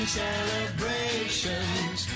celebrations